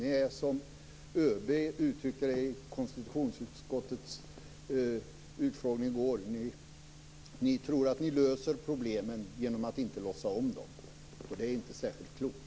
Ni tror - som ÖB uttryckte det i konstitutionsutskottets utfrågning i går - att ni löser problemen genom att inte låtsas om dem, och det är inte särskilt klokt.